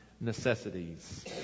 necessities